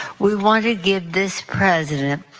we wanna give this president,